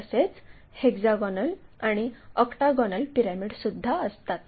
तसेच हेक्झागोनल आणि octagonal pyramid सुद्धा असतात